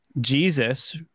Jesus